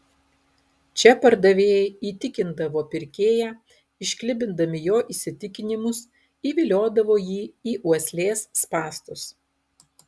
čia pardavėjai įtikindavo pirkėją išklibindami jo įsitikinimus įviliodavo jį į uoslės spąstus